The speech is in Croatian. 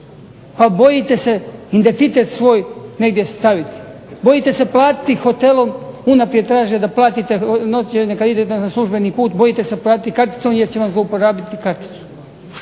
Pa bojite se identitet svoj negdje staviti, bojite se platiti hotel, unaprijed tražite da platite novce, bojite se platiti karticom jer će vam zlouporabiti karticu.